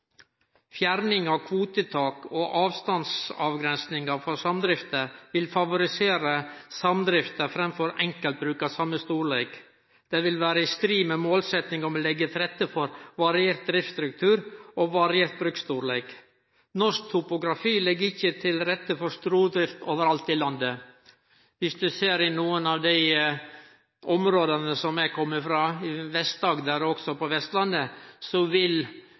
Fjerning av kvotetak og avstandsavgrensingar for samdrifter vil favorisere samdrifter framfor enkeltbruk av same storleik. Det vil vere i strid med målsetjinga om å leggje til rette for variert driftsstruktur og bruksstorleik. Norsk topografi legg ikkje til rette for stordrift overalt i landet. I nokre av områda der eg kjem frå, Vest-Agder, og også i nokre område på Vestlandet, vil